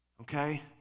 okay